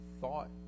thought